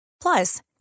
Plus